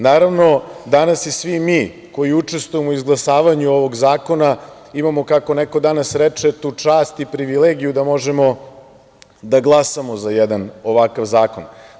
Naravno, danas i svi mi koji učestvujemo u izglasavanju ovog zakona imamo, kako neko danas reče, tu čast i privilegiju da možemo da glasamo za jedan ovakav zakon.